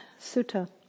sutta